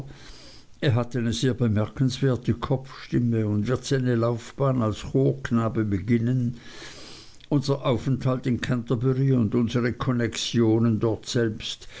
er hat eine sehr bemerkenswerte kopfstimme und wird seine laufbahn als chorknabe beginnen unser aufenthalt in canterbury und unsere konnexionen dortselbst